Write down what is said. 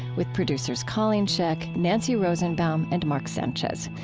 with producers colleen scheck, nancy rosenbaum and marc sanchez.